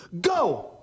Go